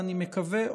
ואני מקווה,